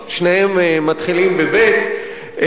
שניהם מתחילים בבי"ת,